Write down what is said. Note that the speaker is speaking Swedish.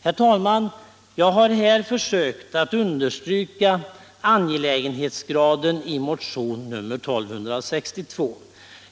Herr talman! Jag har här försökt att understryka det angelägna i motion nr 1262.